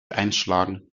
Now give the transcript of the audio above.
einschlagen